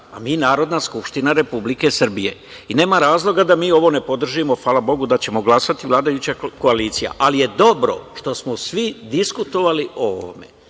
a mi Narodna skupština Republike Srbije i nema razloga da mi ovo ne podržimo. Hvala Bogu da ćemo glasati, vladajuća koalicija. Ali je dobro što smo svi diskutovali o ovome.